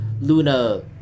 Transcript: Luna